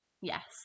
Yes